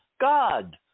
God